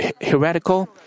heretical